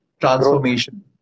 transformation